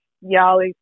y'all